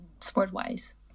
sport-wise